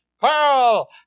Pearl